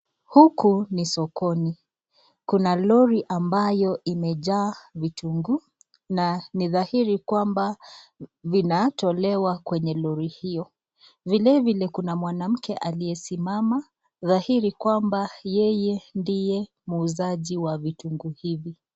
Huku ni sokoni. Kuna lori ambalo limejaa vitunguu na ni dhahiri kwamba vinatolewa kwenye lori hio. Vilevile, kuna mwanamke aliyesimama dhahiri kwamba yeye ndiye muuzaji wa vitunguu hivi.